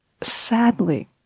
sadly